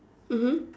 mmhmm